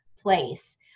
place